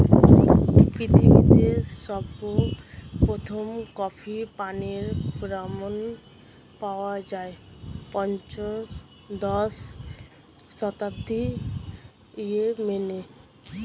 পৃথিবীতে সর্বপ্রথম কফি পানের প্রমাণ পাওয়া যায় পঞ্চদশ শতাব্দীর ইয়েমেনে